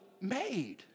made